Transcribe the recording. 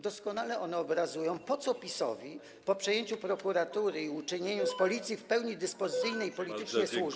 Doskonale obrazują, po co PiS-owi po przejęciu prokuratury i uczynieniu z Policji w pełni dyspozycyjnej politycznie służby.